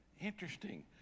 Interesting